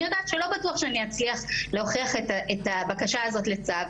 יודעת שלא בטוח שאני אצליח להוכיח את הבקשה הזאת לצו,